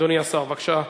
אדוני השר, בבקשה.